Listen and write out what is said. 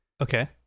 okay